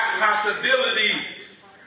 possibilities